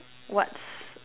what's